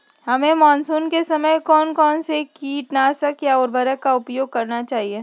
हमें मानसून के समय कौन से किटनाशक या उर्वरक का उपयोग करना चाहिए?